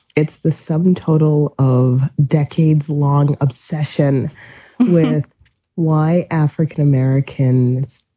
it's the sum total of decades long obsession with why african-americans